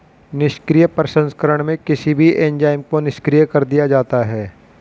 निष्क्रिय प्रसंस्करण में किसी भी एंजाइम को निष्क्रिय कर दिया जाता है